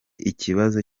ikibazo